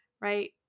right